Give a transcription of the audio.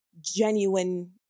genuine